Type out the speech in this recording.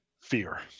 fear